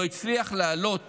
לא הצליח לעלות